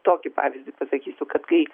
tokį pavyzdį pasakysiu kad kai